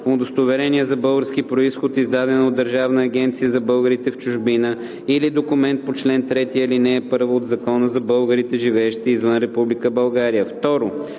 Удостоверение за български произход, издадено от Държавната агенция за българите в чужбина или документ по чл. 3 ал. 1 от Закона за българите, живеещи извън Република България.